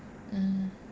mm